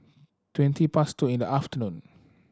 twenty past two in the afternoon